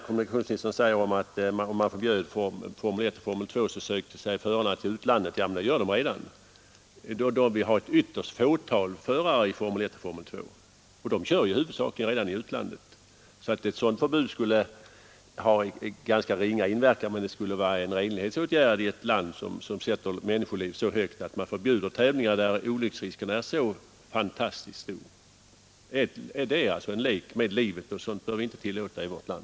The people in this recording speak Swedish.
Kommunikationsministern sade att om man förbjöd Formel I och Formel II sökte förarna sig till utlandet. Det gör de redan; vi har ett fåtal förare i Formel I och Formel II, och de kör huvudsakligen i utlandet. Ett sådant förbud skulle alltså ha en ganska ringa verkan för dem. Men det skulle vara en renlighetsåtgärd om man i ett land som sätter människoliv så högt förbjöd tävlingar där olycksrisken är så fantastiskt stor. De är en lek med döden, och sådant bör vi inte tillåta i vårt land.